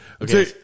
Okay